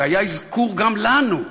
והיה גם אזכור שלנו: